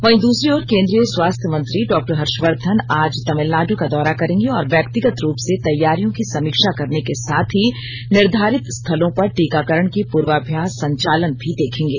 वहीं दूसरी ओर केंद्रीय स्वास्थ्य मंत्री डॉक्टर हर्षवर्धन आज तमिलनाड़ का दौरा करेंगे और व्यक्तिगत रूप से तैयारियों की समीक्षा करने के साथ ही निर्धारित स्थलों पर टीकाकरण के पूर्वाभ्यास संचालन भी देखेंगे